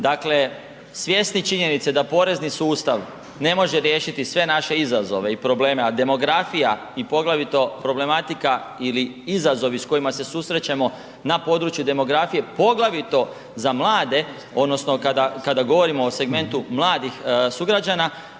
dakle svjesni činjenice da porezni sustav ne može riješiti sve naše izazove i probleme, a demografija i poglavito problematika ili izazovi s kojima se susrećemo na području demografije, poglavito za mlade odnosno kada govorimo o segmentu mladih sugrađana